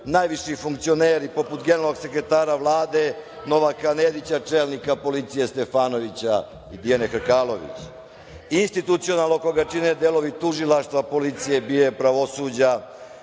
najviši funkcioneri, poput generalnog sekretara Vlade Novaka Nedića, čelnika policije Stefanovića i Dijane Krkalović i institucionalnog, koga čine delovi tužilaštva policije BIA, pravosuđa,